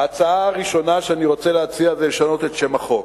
ההצעה הראשונה שאני רוצה להציע זה לשנות את שם החוק: